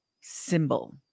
symbol